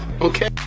okay